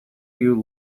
you